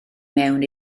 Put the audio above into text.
mewn